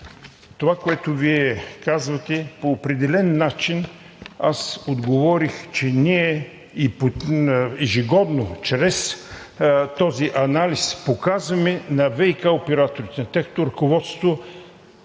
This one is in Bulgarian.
това, което Вие казвате, по определен начин аз отговорих, че ние ежегодно чрез този анализ показваме на ВиК операторите – на тяхното ръководство,